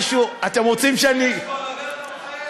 אתם רוצים שאני, אם יש בלגן אתה מחייך?